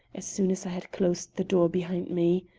as soon as i had closed the door behind me.